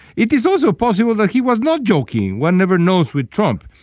it is also possible that he was not joking. one never knows with trump.